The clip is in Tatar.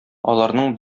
аларның